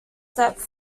stepped